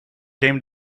came